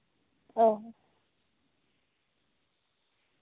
ᱚᱸᱻ